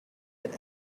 had